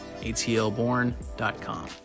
atlborn.com